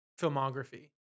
filmography